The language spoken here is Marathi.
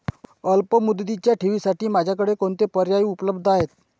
अल्पमुदतीच्या ठेवींसाठी माझ्याकडे कोणते पर्याय उपलब्ध आहेत?